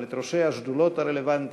אבל את ראשי השדולות הרלוונטיות,